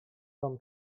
wam